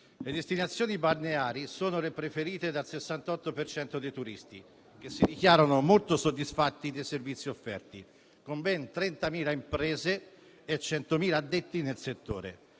Le destinazioni balneari sono le preferite dal 68 per cento dei turisti, che si dichiarano molto soddisfatti dei servizi offerti, con ben 30.000 imprese e oltre 100.000 addetti nel settore.